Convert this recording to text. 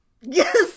Yes